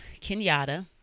Kenyatta